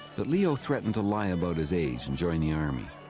but leo threatened to lie about his age and join the army.